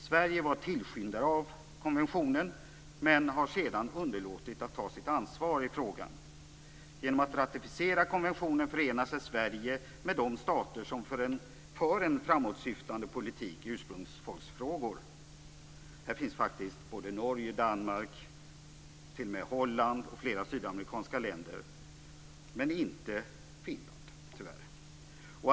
Sverige var tillskyndare av konventionen men har sedan underlåtit att ta sitt ansvar i frågan. Genom att ratificera konventionen förenar sig Sverige med de stater som för en framåtsyftande politik i ursprungsfolksfrågor. Hit hör faktiskt både Norge och Danmark, t.o.m. Holland och flera sydamerikanska länder - men tyvärr inte Finland.